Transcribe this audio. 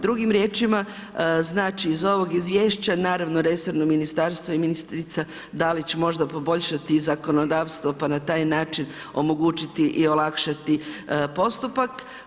Drugim riječima znači iz ovog izvješća, naravno resorno ministarstvo i ministrica Dalić će možda poboljšati zakonodavstvo pa na taj način omogućiti i olakšati postupak.